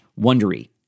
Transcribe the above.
Wondery